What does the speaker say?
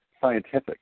scientific